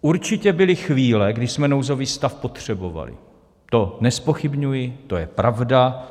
Určitě byly chvíle, kdy jsme nouzový stav potřebovali, to nezpochybňuji, to je pravda.